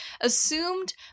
assumed